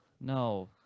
No